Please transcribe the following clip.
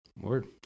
Word